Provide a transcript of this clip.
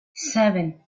seven